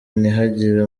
ntihagire